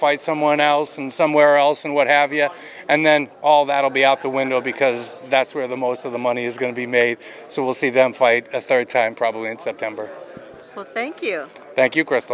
fight someone else and somewhere else and what have you and then all that will be out the window because that's where the most of the money is going to be made so we'll see them fight a rd time probably in september thank you thank you c